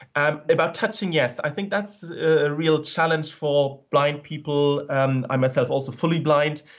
and about touching, yes, i think that's a real challenge for blind people. and i, myself, also fully blind.